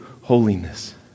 holiness